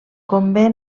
convé